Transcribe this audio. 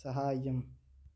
सहाय्यम्